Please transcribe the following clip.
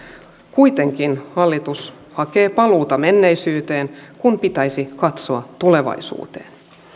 kuitenkin hallitus hakee paluuta menneisyyteen kun pitäisi katsoa tulevaisuuteen